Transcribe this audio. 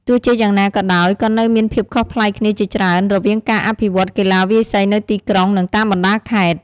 ទោះជាយ៉ាងណាក៏ដោយ ក៏នៅមានភាពខុសប្លែកគ្នាជាច្រើន រវាងការអភិវឌ្ឍន៍កីឡាវាយសីនៅទីក្រុង និងតាមបណ្ដាខេត្ត។